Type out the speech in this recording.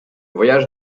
voyage